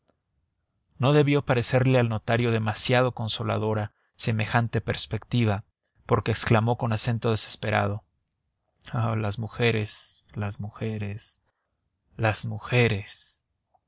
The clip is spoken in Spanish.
no debió de parecerle al notario demasiado consoladora semejante perspectiva porque exclamó con acento desesperado oh las mujeres las mujeres las mujeres